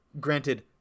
granted